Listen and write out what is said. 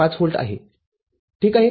५ volt आहे ठीक आहे